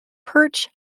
perch